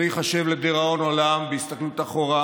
זה ייחשב לדיראון עולם בהסתכלות אחורה,